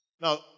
Now